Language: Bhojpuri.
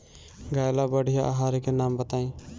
गाय ला बढ़िया आहार के नाम बताई?